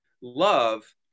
love